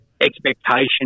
expectation